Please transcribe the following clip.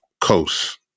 Coast